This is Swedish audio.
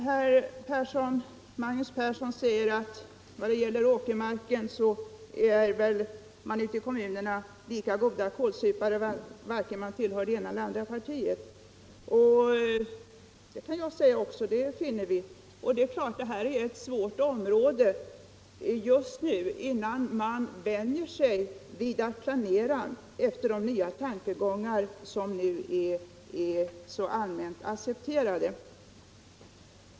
Herr Magnus Persson i Karlstad säger att man vad gäller åkermarken är lika goda kålsupare ute i kommunerna vare sig man tillhör det ena eller det andra partiet, och det kan också jag instämma i. Detta är självfallet ett svårhanterat område innan man vänjer sig vid att planera efter de nya tankegångar som nu är så allmänt accepterade.